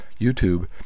YouTube